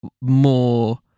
more